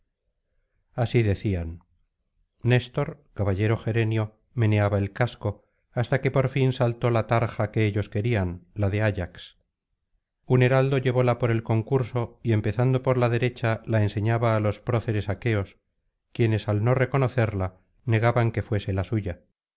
así decían néstor caballero gerenio meneaba el casco hasta que por fin saltó la tarja que ellos querían la de ayax un heraldo llevóla por el concurso y empezando por la derecha la enseñaba á los proceres aqueos quienes al no reconocerla negaban que fuese la suya